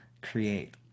create